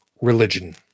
religion